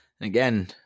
Again